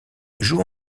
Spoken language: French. joue